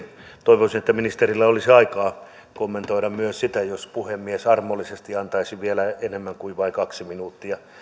toivoisin että ministerillä olisi aikaa kommentoida myös jos puhemies armollisesti antaisi vielä enemmän kuin vain kaksi minuuttia